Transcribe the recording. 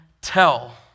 tell